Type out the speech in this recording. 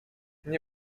nie